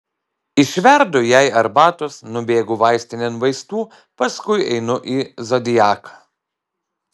išverdu jai arbatos nubėgu vaistinėn vaistų paskui einu į zodiaką